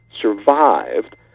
survived